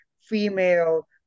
female